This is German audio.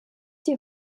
die